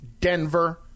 Denver